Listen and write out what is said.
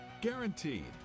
Guaranteed